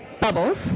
bubbles